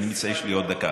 יש לי עוד דקה.